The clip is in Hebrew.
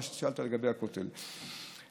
לגבי הכותל,